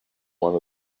one